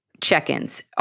check-ins